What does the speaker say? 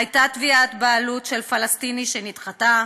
הייתה תביעת בעלות של פלסטיני, שנדחתה,